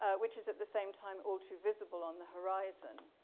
ah which is at the same time, all too visible on the horizon.